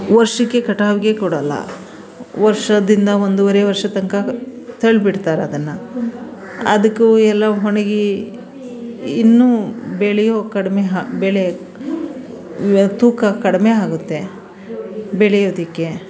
ವರ್ಷಕ್ಕೆ ಕಟಾವಿಗೆ ಕೊಡೋಲ್ಲ ವರ್ಷದಿಂದ ಒಂದೂವರೆ ವರ್ಷದ ತನಕ ತಳ್ಳಿ ಬಿಡ್ತಾರೆ ಅದನ್ನು ಅದಕ್ಕು ಎಲ್ಲ ಒಣ್ಗಿ ಇನ್ನೂ ಬೆಳೆಯೋ ಕಡಿಮೆ ಆ ಬೆಳೆ ಇವಾಗ ತೂಕ ಕಡಿಮೆ ಆಗುತ್ತೆ ಬೆಳೆಯೊದಕ್ಕೆ